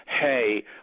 Hey